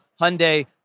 Hyundai